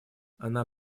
она